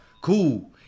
Cool